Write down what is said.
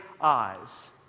eyes